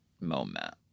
moment